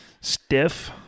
stiff